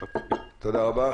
תודה רבה.